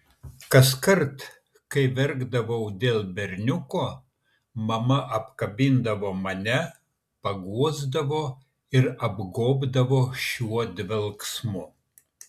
kaskart kai verkdavau dėl berniuko mama apkabindavo mane paguosdavo ir apgobdavo šiuo dvelksmu